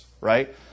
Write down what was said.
right